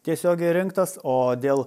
tiesiogiai rinktas o dėl